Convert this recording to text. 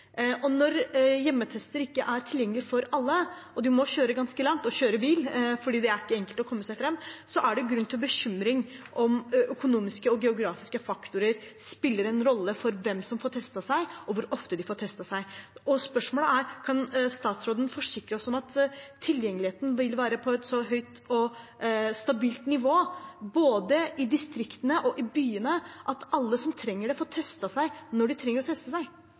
og når hjemmetester ikke er tilgjengelig for alle, og man må kjøre ganske langt, kjøre bil fordi det ikke er enkelt å komme seg fram, er det grunn til bekymring for om økonomiske og geografiske faktorer spiller en rolle for hvem som får testet seg, og hvor ofte man får testet seg. Spørsmålet er: Kan statsråden forsikre oss om at tilgjengeligheten vil være på et så høyt og stabilt nivå, både i distriktene og i byene, at alle som trenger det, får testet seg når de trenger å teste seg?